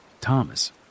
Thomas